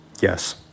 Yes